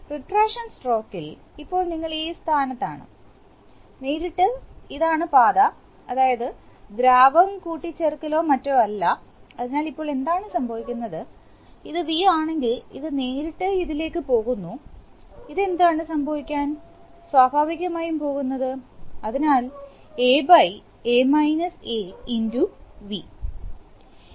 retraction സ്ട്രോക്കിൽ ഇപ്പോൾ നിങ്ങൾ ഈ സ്ഥാനത്താണ് നേരിട്ട് ഇതാണ് പാത അതായത് ദ്രാവക കൂട്ടിച്ചേർക്കലോ മറ്റോ ഇല്ല അതിനാൽ ഇപ്പോൾ എന്താണ് സംഭവിക്കുന്നത് ഇത് V ആണെങ്കിൽ ഇത് നേരിട്ട് ഇതിലേക്ക് പോകുന്നു ഇത് എന്താണ് സംഭവിക്കാൻ സ്വാഭാവികമായും പോകുന്നത് അതിനാൽ A v